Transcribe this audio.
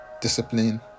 discipline